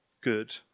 good